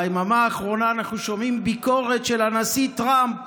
ביממה האחרונה אנחנו שומעים ביקורת של הנשיא טראמפ